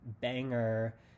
banger